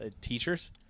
teachers